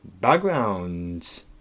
backgrounds